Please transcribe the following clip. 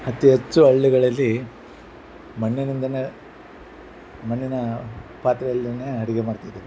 ಅತಿ ಹೆಚ್ಚು ಹಳ್ಳಿಗಳಲ್ಲಿ ಮಣ್ಣಿನಿಂದನೇ ಮಣ್ಣಿನ ಪಾತ್ರೆಯಲ್ಲಿಯೇ ಅಡಿಗೆ ಮಾಡ್ತಿದ್ದರು